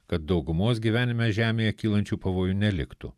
kad daugumos gyvenime žemėje kylančių pavojų neliktų